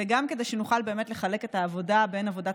וגם כדי שנוכל באמת לחלק את העבודה בין עבודת